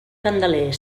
candeler